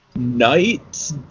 night